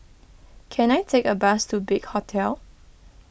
can I take a bus to Big Hotel